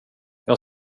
jag